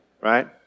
Right